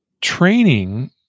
Training